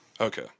Okay